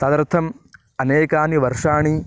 तदर्थम् अनेकानि वर्षाणि